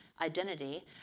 identity